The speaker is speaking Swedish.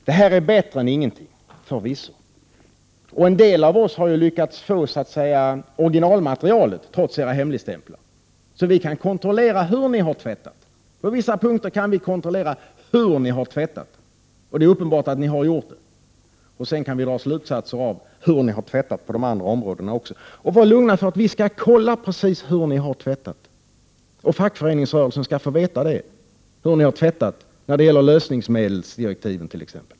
Det här är bättre än ingenting, förvisso, och en del av oss har lyckats få så att säga originalmaterialet, trots era hemligstämplar. På vissa punkter kan vi kontrollera hur ni har tvättat, och det är uppenbart att ni har gjort det. Sedan kan vi dra slutsatser om hur ni har tvättat på de andra områdena också. Var lugna för att vi skall kolla precis hur ni har tvättat, och fackföreningsrörelsen skall få veta det, när det gäller lösningsmedelsdirektiven t.ex.